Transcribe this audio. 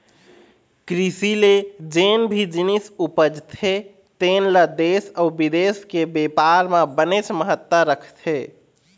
कृषि ले जेन भी जिनिस उपजथे तेन ल देश अउ बिदेश के बेपार म बनेच महत्ता रखथे